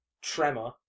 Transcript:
Tremor